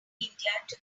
netherlands